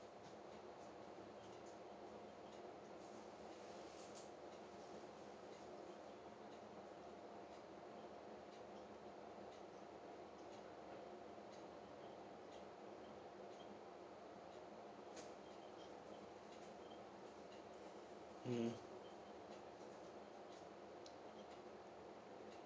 mmhmm